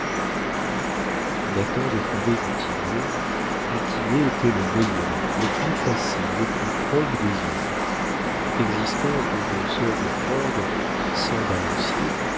nathan défendait du tillet du tillet était le meilleur le plus facile le plus probe des hommes cette existence de danseur de corde sans balancier